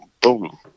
boom